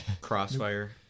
crossfire